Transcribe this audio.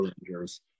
rangers